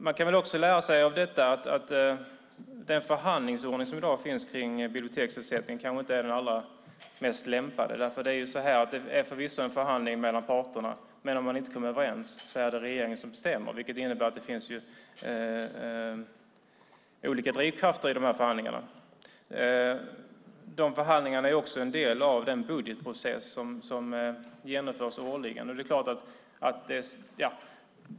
Man kan väl också lära sig av detta att den förhandlingsordning som i dag finns kring biblioteksersättningen kanske inte är den allra mest lämpade. Det är förvisso en förhandling mellan parterna, men om man inte kommer överens är det regeringen som bestämmer, vilket innebär att det finns olika drivkrafter i de här förhandlingarna. De förhandlingarna är också en del av den budgetprocess som genomförs årligen.